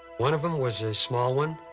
one of them was a small one,